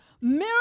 Mirror